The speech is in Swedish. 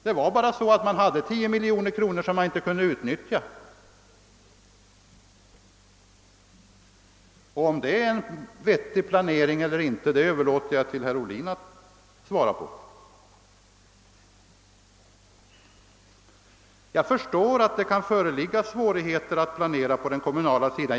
Det var bara så att man hade 10 miljoner kronor som man inte kunde utnyttja. Om detta är en vettig planering eller inte överlåter jag till herr Ohlin att besvara. Jag förstår att det kan föreligga svårigheter att planerna på den kommunala sidan.